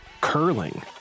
curling